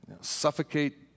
suffocate